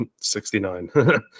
69